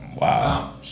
Wow